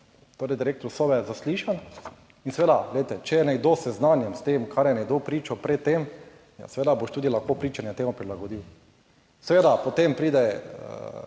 torej direktor Sove zaslišan in seveda, glejte, če je nekdo seznanjen s tem kar je nekdo pričal pred tem, seveda boš tudi lahko pričanje temu prilagodil. Seveda potem pride,